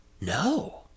No